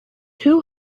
who